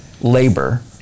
labor